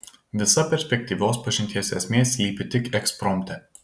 visa perspektyvios pažinties esmė slypi tik ekspromte